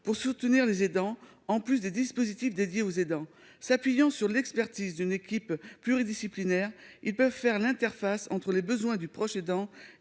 pour soutenir les aidants, en plus des dispositifs dédiés aux aidants, s'appuyant sur l'expertise d'une équipe pluridisciplinaire, ils peuvent faire l'interface entre les besoins du proche aidant